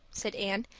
said anne,